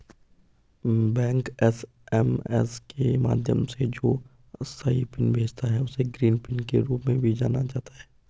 bank SMS के माध्यम से जो अस्थायी पिन भेजता है, उसे ग्रीन पिन के रूप में भी जाना जाता है